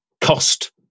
cost